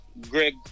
Greg